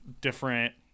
different